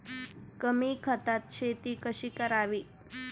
कमी खतात शेती कशी करावी?